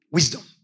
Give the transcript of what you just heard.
Wisdom